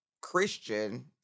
Christian